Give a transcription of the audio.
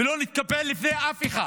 ולא נתקפל לפני אף אחד,